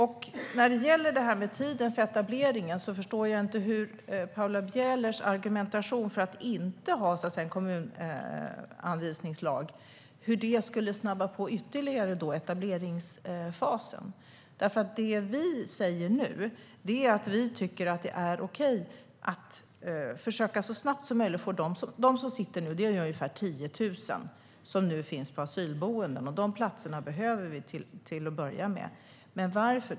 När det gäller tiden för etablering förstår jag inte hur Paula Bielers argument för att inte ha en kommunanvisningslag skulle snabba på den. De det handlar om är i dag ungefär 10 000 personer som nu finns på asylboenden. De platserna behöver vi till att börja med.